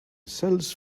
sells